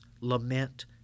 lament